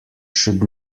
should